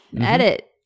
edit